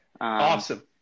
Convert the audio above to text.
Awesome